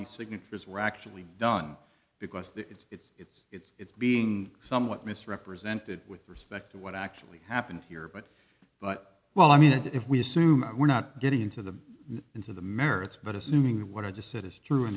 these signatures were actually done because the it's it's it's being somewhat misrepresented with respect to what actually happened here but but well i mean it if we assume we're not getting into the into the merits but assuming that what i just said is true